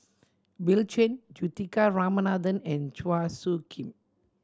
Bill Chen Juthika Ramanathan and Chua Soo Khim